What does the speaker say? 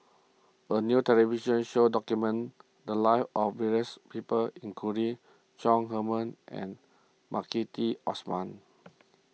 a new television show documented the lives of various people including Chong Heman and Maliki Osman